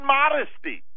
modesty